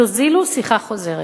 תוזילו שיחה חוזרת.